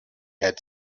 had